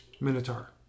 Minotaur